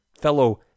fellow